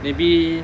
maybe